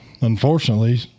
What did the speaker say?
unfortunately